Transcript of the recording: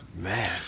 Man